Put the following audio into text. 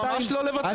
ממש לא לבטל.